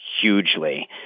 hugely